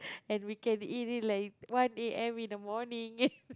and we can eat it like one A_M in the morning and we